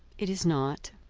it is not.